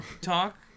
talk